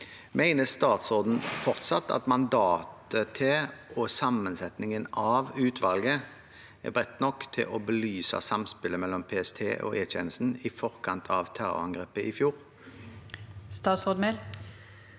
Mener statsråden fortsatt at mandatet til og sammensetningen av utvalget er brede nok til å belyse samspillet mellom PST og E-tjenesten i forkant av terrorangrepet?» Statsråd